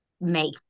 make